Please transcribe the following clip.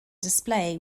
display